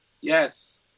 Yes